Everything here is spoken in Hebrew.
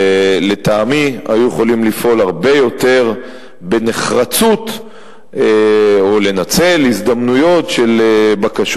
לטעמי היו יכולים לפעול הרבה יותר בנחרצות או לנצל הזדמנויות של בקשות